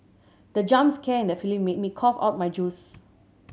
the jump scare in the film made me cough out my juice